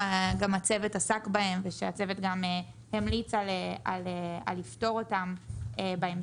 שהצוות גם עסק בהם והמליץ על לפתור אותם בהמשך,